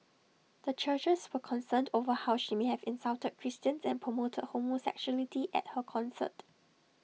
the churches were concerned over how she may have insulted Christians and promoted homosexuality at her concert